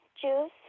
juice